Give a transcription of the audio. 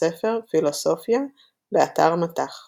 בספר "פילוסופיה" באתר מט"ח